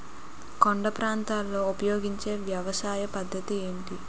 కొండ ప్రాంతాల్లో ఉపయోగించే వ్యవసాయ పద్ధతి ఏంటి?